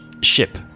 Ship